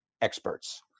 experts